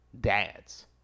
dad's